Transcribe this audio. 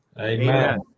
Amen